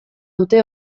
dute